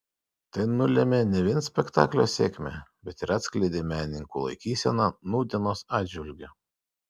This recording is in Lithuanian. tai nulėmė ne vien spektaklio sėkmę bet ir atskleidė menininkų laikyseną nūdienos atžvilgiu